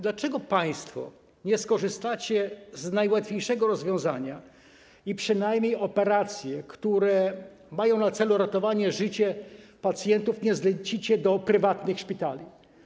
Dlaczego państwo nie skorzystacie z najłatwiejszego rozwiązania i przynajmniej operacji, które mają na celu ratowanie życia pacjentów, nie zlecicie prywatnym szpitalom?